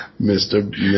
Mr